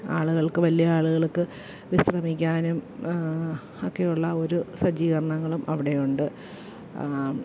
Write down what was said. ആളുകൾക്ക് വലിയ ആളുകൾക്ക് വിശ്രമിക്കാനും ഒക്കെയുള്ള ഒരു സജ്ജീകരണങ്ങളും അവടെയുണ്ട്